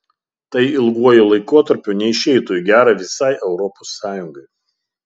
tai ilguoju laikotarpiu neišeitų į gera visai europos sąjungai